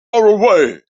away